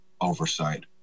oversight